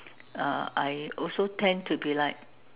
uh I also tend to be like